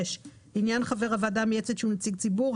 לעניין חבר הוועדה המייעצת שהוא נציג ציבור,